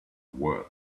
worth